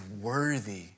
worthy